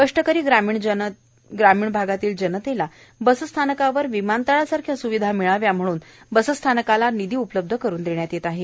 कष्टकरी ग्रामीण भागातील जनतेला बस स्थानकावर विमान तळासारख्या सूविधा भिळाव्या म्हणून बसस्थानकाला निधी उपलब्ध करून देण्यात येत आहे